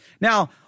Now